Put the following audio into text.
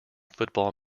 football